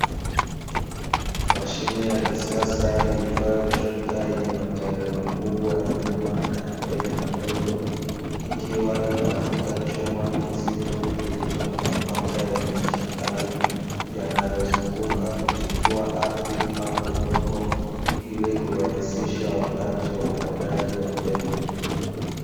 Mashine ya kisasa iitwayo trekta yenye mataili makubwa ya nyuma na ya mbele madogo, ikiwa inavuta chuma kizito kilicho na mapanga yenye ncha kali, yanayo zunguka kutifua ardhi au udongo ili kurahisisha wakati wa upandaji wa mbegu.